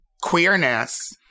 queerness